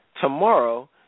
Tomorrow